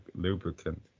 lubricant